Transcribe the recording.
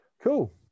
Cool